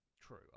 true